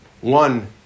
one